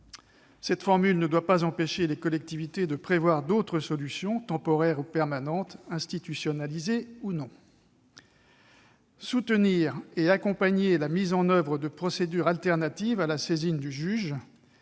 Cette formule ne doit pas empêcher les collectivités de prévoir d'autres solutions, temporaires ou permanentes, institutionnalisées ou non. Deuxièmement, soutenir et accompagner la mise en oeuvre de procédures alternatives à la saisine du juge,